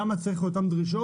למה צריך את אותן דרישות.